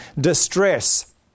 Distress